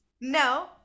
No